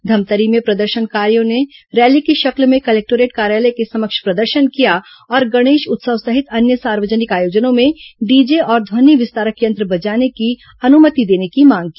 धमतरी में प्रदर्शनकारियों ने रैली की शक्ल में कलेक्टोरेट कार्यालय के समक्ष प्रदर्शन किया और गणेश उत्सव सहित अन्य सार्वजनिक आयोजनों में डीजे और ध्वनि विस्तारक यंत्र बजाने की अनुमति देने की मांग की